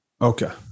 Okay